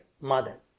mother